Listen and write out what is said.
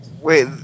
Wait